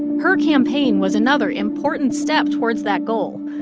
her campaign was another important step towards that goal,